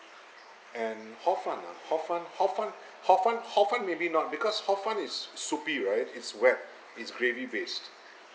and hor fun ah hor fun hor fun hor fun hor fun maybe not because hor fun is soupy right it's wet it's gravy based